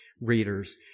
readers